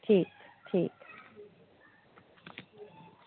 ठीक ठीक